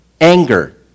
Anger